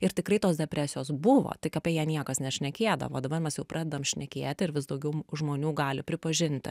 ir tikrai tos depresijos buvo tik apie ją niekas nešnekėdavo dabar mes jau pradedam šnekėti ir vis daugiau žmonių gali pripažinti